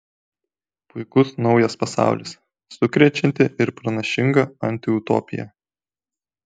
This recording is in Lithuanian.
puikus naujas pasaulis sukrečianti ir pranašinga antiutopija